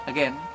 Again